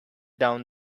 down